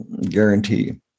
Guarantee